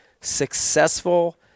successful